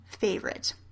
favorite